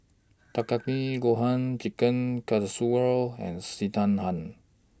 Takikomi Gohan Chicken Casserole and Sekihan